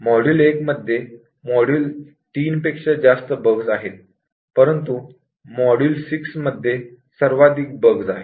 module 1 मध्ये module 3 पेक्षा जास्त बग्स आहेत परंतु मॉड्यूल 6 मध्ये सर्वाधिक बग्स आहेत